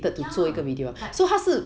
ya like